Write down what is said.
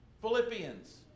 Philippians